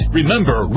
Remember